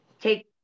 take